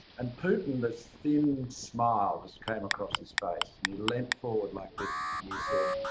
and putin, this thin smile just came across his face. and he lent forward like this. he said,